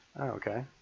Okay